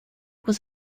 was